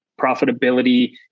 profitability